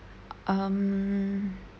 um